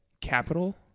capital